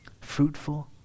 fruitful